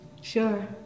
Sure